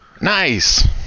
Nice